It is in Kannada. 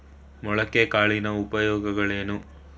ಮೊಳಕೆ ಕಾಳಿನ ಉಪಯೋಗಗಳೇನು?